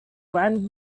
when